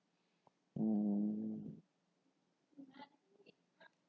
mm